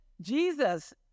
Jesus